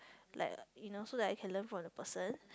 like you know so that I can learn from the person